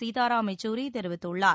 சீதாராம் யெச்சூரி தெரிவித்துள்ளார்